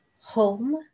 home